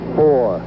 four